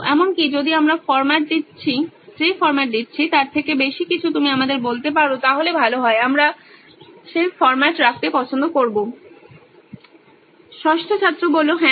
এমনকি যদি আমরা যে ফরম্যাট দিচ্ছি তার থেকে বেশি কিছু তুমি আমাদের বলতে পারো তাহলে ভালো হয় আমরা সি ফরম্যাট রাখতেও পছন্দ করব ষষ্ঠ ছাত্র হ্যাঁ